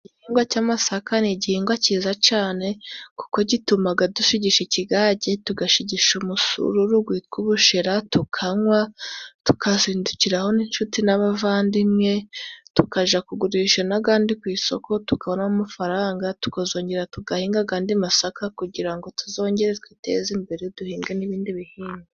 Igingwa cy'amasaka ni gihingwa kiza cane, kuko gitumaga dushigisha ikigage, tugashigisha umusururu gwitwa ubushera, tukanwa, tukazindukiraho n'inshuti n'abavandimwe, tukaja kugurisha n'agandi ku isoko, tukabona amafaranga, tukazongera tugahinga agandi masaka kugira ngo tuzongere twiteze imbere, duhinge n'ibindi bihingwa.